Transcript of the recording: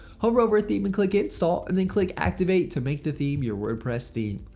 hover over a theme and click install and then click activate to make the theme your wordpress theme.